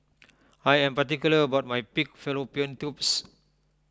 I am particular about my Pig Fallopian Tubes